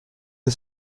que